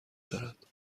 دارد